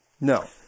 No